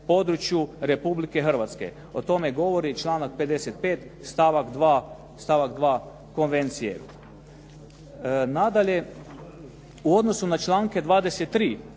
području Republike Hrvatske. O tome govori članak 55. stavak 2. Konvencije. Nadalje, u odnosu na članke 23.,